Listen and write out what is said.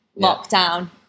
lockdown